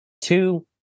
Two